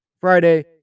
Friday